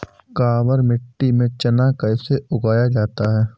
काबर मिट्टी में चना कैसे उगाया जाता है?